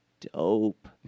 dope